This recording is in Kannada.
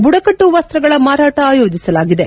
ಬುಡಕಟ್ಟು ವಸ್ತಗಳ ಮಾರಾಟ ಆಯೋಜಿಸಲಾಗಿದೆ